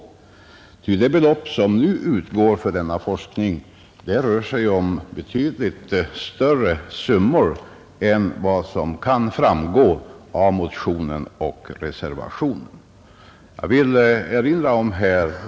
Det belopp som nu utgår för denna forskning är nämligen betydligt större än vad som kan framgå av motionen och reservationen.